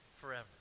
forever